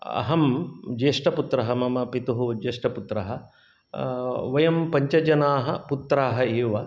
अहं ज्येष्ठपुत्रः मम पितुः ज्येष्ठपुत्रः वयं पञ्च जनाः पुत्राः एव